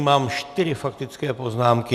Mám čtyři faktické poznámky.